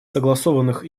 согласованных